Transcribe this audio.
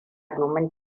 domin